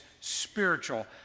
spiritual